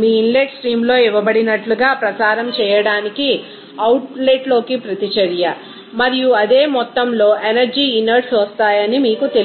మీ inlet స్ట్రీమ్లో ఇవ్వబడినట్లుగా ప్రసారం చేయడానికి అవుట్లెట్లోకి ప్రతిచర్య మరియు అదే మొత్తంలోఎనర్జీ ఇనర్ట్స్ వస్తాయని మీకు తెలియదు